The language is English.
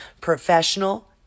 Professional